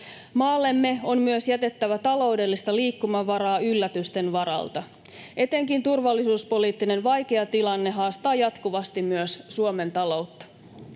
Maallemme on myös jätettävä taloudellista liikkumavaraa yllätysten varalta. Etenkin turvallisuuspoliittinen vaikea tilanne haastaa jatkuvasti myös Suomen taloutta.